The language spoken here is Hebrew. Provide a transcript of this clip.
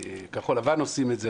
כחול לבן עושים את זה,